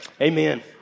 Amen